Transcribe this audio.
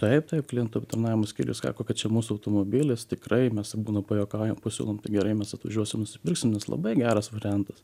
taip taip klientų aptarnavimo skyrių sako kad čia mūsų automobilis tikrai mes būna pajuokaujam pasiūlom tai gerai mes atvažiuosim nusipirksim nes labai geras variantas